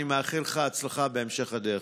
אני מאחל לך הצלחה בהמשך הדרך.